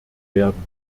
werden